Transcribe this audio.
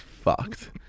Fucked